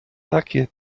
takie